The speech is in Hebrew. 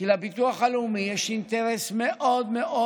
ולכן לביטוח הלאומי יש אינטרס מאוד מאוד